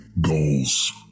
goals